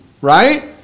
right